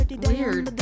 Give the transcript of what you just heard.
weird